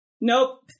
Nope